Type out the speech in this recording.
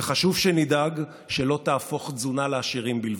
וחשוב שנדאג שלא תהפוך תזונה לעשירים בלבד.